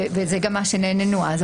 וזה גם מה שנענינו אז,